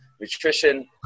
Nutrition